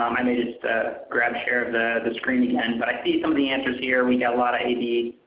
um i may just ah grab the the screen again. but i see some of the answers here. we've got a lot of a, b.